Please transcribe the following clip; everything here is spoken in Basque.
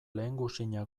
lehengusina